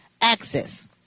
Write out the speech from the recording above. access